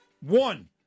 One